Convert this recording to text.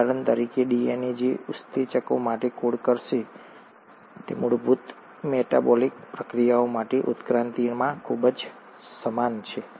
ઉદાહરણ તરીકે ડીએનએ જે ઉત્સેચકો માટે કોડ કરશે મૂળભૂત મેટાબોલિક પ્રતિક્રિયાઓ માટે ઉત્ક્રાંતિમાં ખૂબ સમાન છે